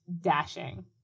dashing